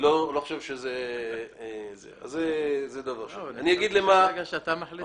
חשבתי לרגע שאתה מחליט.